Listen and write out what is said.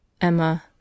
Emma